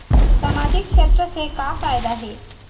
सामजिक क्षेत्र से का फ़ायदा हे?